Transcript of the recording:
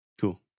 Cool